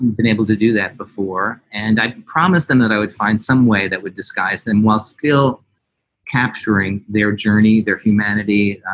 been able to do that before. and i promised them that i would find some way that would disguise them while still capturing their journey, their humanity,